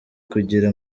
kugira